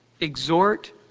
exhort